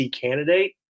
candidate